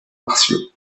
martiaux